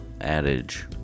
adage